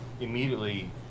immediately